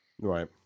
Right